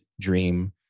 dream